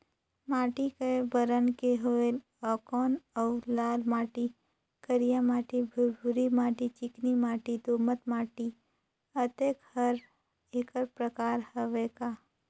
माटी कये बरन के होयल कौन अउ लाल माटी, करिया माटी, भुरभुरी माटी, चिकनी माटी, दोमट माटी, अतेक हर एकर प्रकार हवे का?